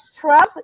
Trump